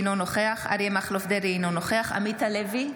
אינו נוכח אריה מכלוף דרעי, אינו נוכח עמית הלוי,